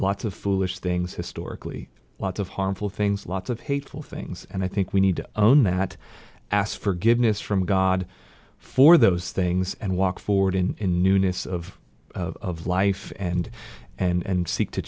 lots of foolish things historically lots of harmful things lots of hateful things and i think we need to own that ask forgiveness from god for those things and walk forward in newness of of life and and seek to